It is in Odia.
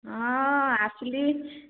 ହଁ ଆସିଲି